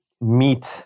meet